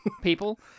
people